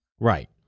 Right